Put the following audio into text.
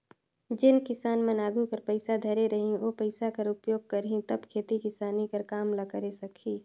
जेन किसान मन आघु कर पइसा धरे रही ओ पइसा कर उपयोग करही तब खेती किसानी कर काम ल करे सकही